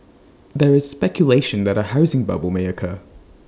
there is speculation that A housing bubble may occur